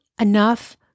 enough